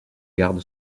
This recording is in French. garde